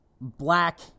black